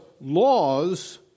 laws